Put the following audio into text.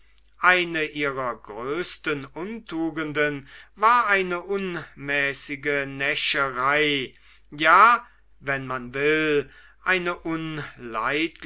eine ihrer größten untugenden war eine unmäßige näscherei ja wenn man will eine